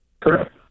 Correct